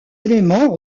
éléments